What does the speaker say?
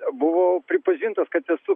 buvau pripažintas kad esu